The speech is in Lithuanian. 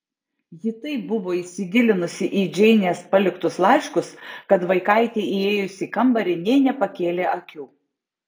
ji taip buvo įsigilinusi į džeinės paliktus laiškus kad vaikaitei įėjus į kambarį nė nepakėlė akių